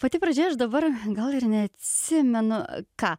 pati pradžia aš dabar gal ir neatsimenu ką